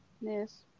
Yes